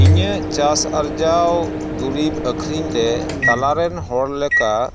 ᱤᱧᱟᱹᱜ ᱪᱟᱥ ᱟᱨᱡᱟᱣ ᱫᱩᱨᱤᱵᱽ ᱟᱹᱠᱷᱨᱤᱧ ᱨᱮ ᱛᱟᱞᱟᱨᱮᱱ ᱦᱚᱲ ᱞᱮᱠᱟ